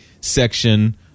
section